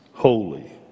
Holy